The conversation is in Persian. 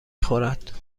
خورد